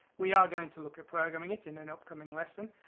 we are going to look at programming it in an upcoming lesson.